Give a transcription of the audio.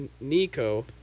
Nico